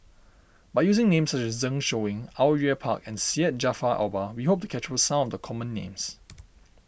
by using names such as Zeng Shouyin Au Yue Pak and Syed Jaafar Albar we hope to capture some of the common names